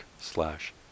slash